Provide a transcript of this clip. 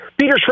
Peter